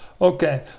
Okay